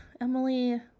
Emily